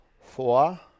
Four